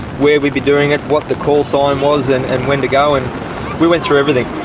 where we'd be doing it, what the call sign was and and when to go. and we went through everything.